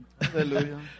Hallelujah